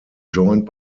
joined